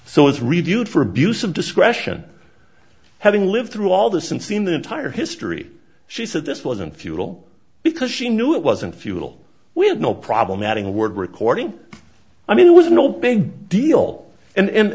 so is reviewed for abuse of discretion having lived through all this and seen the entire history she said this wasn't futile because she knew it wasn't futile we had no problem adding a word recording i mean it was no big deal and